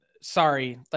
Sorry